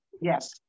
yes